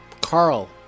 Carl